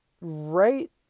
right